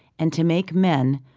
and to make men,